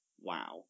wow